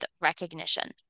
recognition